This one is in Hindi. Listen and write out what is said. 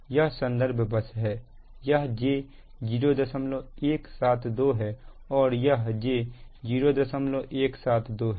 यह संदर्भ बस है यह j0172 है और यह j0172 है और यह j3264 है